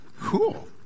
cool